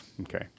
Okay